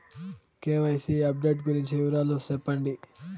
KYC update గురించి వివరాలు సెప్పండి?